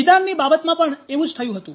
જિદાનની બાબતમાં પણ એવું જ થયું હતું